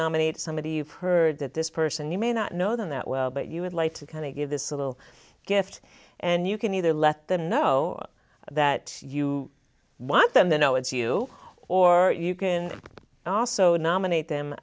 somebody you've heard that this person you may not know that well but you would like to kind of give this a little gift and you can either let them know that you want them to know it's you or you can also nominate them